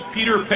Peter